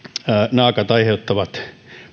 naakat aiheuttavat